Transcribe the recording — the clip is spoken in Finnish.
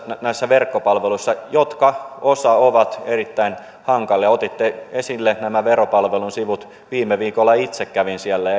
näissä verkkopalveluissa joista osa on erittäin hankalia otitte esille veropalvelun sivut viime viikolla itse kävin siellä